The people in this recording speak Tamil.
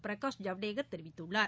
பிரகாஷ் ஜவ்டேக் தெரிவித்துள்ளார்